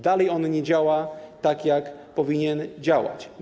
Dalej on nie działa tak, jak powinien działać.